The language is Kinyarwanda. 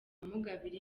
amugabira